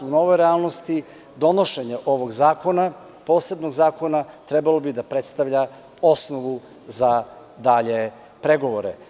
U novoj realnosti donošenje ovog zakona, posebnog zakona trebalo bi da predstavlja osnovu za dalje pregovore.